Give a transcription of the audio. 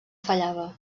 fallava